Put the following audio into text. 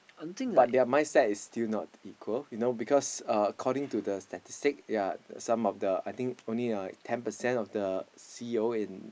but their mindset is still not equal you know because uh according to the statistic ya some of the I think only like ten percent of the C_E_O in